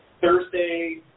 Thursday